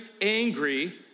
angry